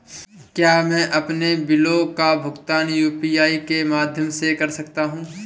क्या मैं अपने बिलों का भुगतान यू.पी.आई के माध्यम से कर सकता हूँ?